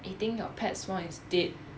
eating your pets more instead